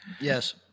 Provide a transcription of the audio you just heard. Yes